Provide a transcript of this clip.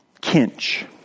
Kinch